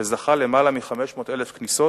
שזכה בלמעלה מ-500,000 כניסות.